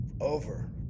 Over